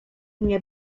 nie